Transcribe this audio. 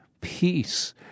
peace